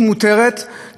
רבים מהם,